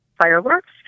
fireworks